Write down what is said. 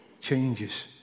changes